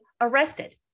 arrested